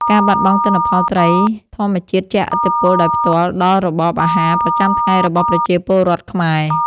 ការបាត់បង់ទិន្នផលត្រីធម្មជាតិជះឥទ្ធិពលដោយផ្ទាល់ដល់របបអាហារប្រចាំថ្ងៃរបស់ប្រជាពលរដ្ឋខ្មែរ។